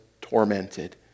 tormented